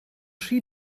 rhy